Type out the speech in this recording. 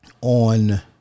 on